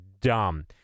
dumb